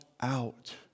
out